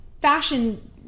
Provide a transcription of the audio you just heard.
fashion